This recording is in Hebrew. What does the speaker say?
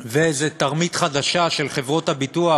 ואיזו תרמית חדשה של חברות הביטוח